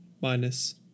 Minus